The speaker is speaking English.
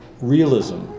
realism